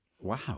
Wow